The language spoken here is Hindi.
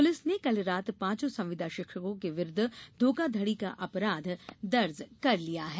पुलिस ने कल रात पांचों संविदा शिक्षकों के विरुद्ध धोखाधड़ी का अपराध दर्ज कर लिया है